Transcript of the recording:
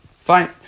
fine